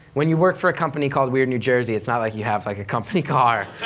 when you work for a company called weird new jersey, it's not like you have like a company car